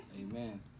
amen